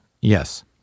Yes